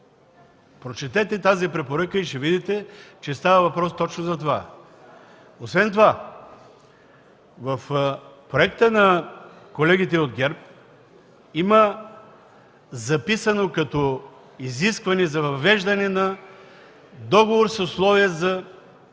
Прочетете тази препоръка и ще видите, че става въпрос точно за това. Освен това, в проекта на колегите от ГЕРБ има записано като изискване въвеждане на договор с условие за